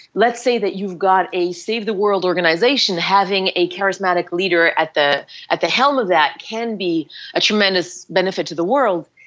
let's say that you've got a save the world organization having a charismatic leader at the at the helm of that can be a tremendous benefit to the world.